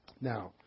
Now